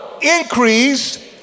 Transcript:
increase